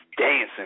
dancing